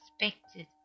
expected